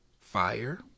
Fire